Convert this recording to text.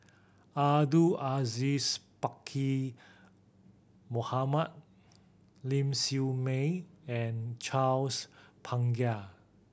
Abdul Aziz Pakkeer Mohamed Ling Siew May and Charles Paglar